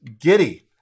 giddy